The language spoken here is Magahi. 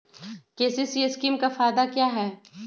के.सी.सी स्कीम का फायदा क्या है?